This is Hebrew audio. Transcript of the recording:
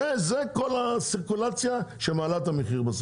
זו כל הסירקולציה שמעלה את המחיר.